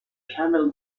camel